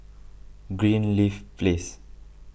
Greenleaf Place